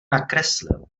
nakreslil